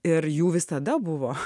ir jų visada buvo